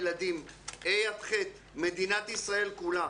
ה' ח' במדינת ישראל כולה.